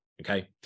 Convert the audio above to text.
Okay